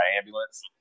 ambulance